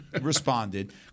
responded